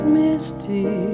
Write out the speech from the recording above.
misty